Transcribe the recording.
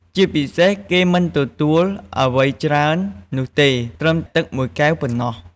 ជាពិសេសគេមិនទទួលអ្វីច្រើននោះទេ ត្រឹមទឹក១កែវប៉ុណ្ណោះ។